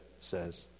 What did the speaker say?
says